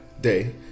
day